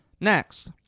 Next